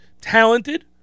talented